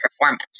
performance